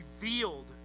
revealed